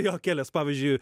jo kelias pavyzdžiui